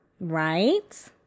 right